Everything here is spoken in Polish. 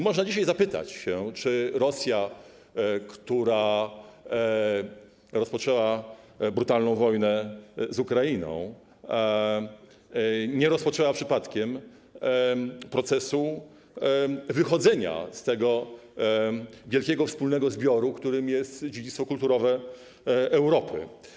Można dzisiaj zapytać, czy Rosja, która rozpoczęła brutalną wojnę z Ukrainą, nie rozpoczęła przypadkiem procesu wychodzenia z tego wielkiego wspólnego zbioru, którym jest dziedzictwo kulturowe Europy.